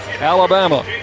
Alabama